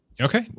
okay